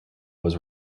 was